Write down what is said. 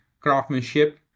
craftsmanship